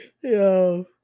Yo